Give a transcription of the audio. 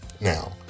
now